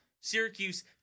syracuse